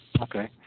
Okay